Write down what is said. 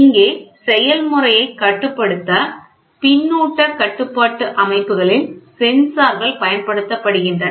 இங்கே செயல்முறையை கட்டுப்படுத்த பின்னூட்ட கட்டுப்பாட்டு அமைப்புகளில் சென்சார்கள் பயன்படுத்தப்படுகின்றன